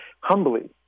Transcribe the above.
humbly